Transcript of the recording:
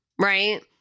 right